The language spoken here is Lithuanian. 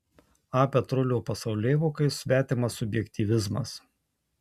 a petrulio pasaulėvokai svetimas subjektyvizmas